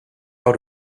out